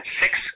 six